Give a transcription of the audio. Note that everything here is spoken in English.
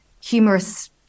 humorous